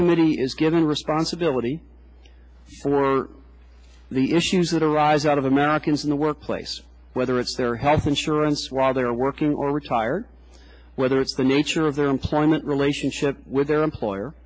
subcommittee is given responsibility for the issues that arise out of americans in the workplace whether it's their health insurance while they are working or retired whether it's the nature of their employment relationship with their employer